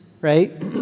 right